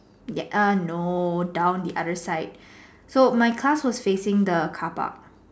ya err no down the other side so my class was facing the carpark